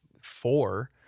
four